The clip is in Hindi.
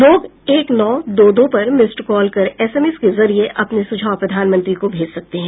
लोग एक नौ दो दो पर मिस कॉल कर एसएमएस के जरिए अपने सुझाव प्रधानमंत्री को भेज सकते हैं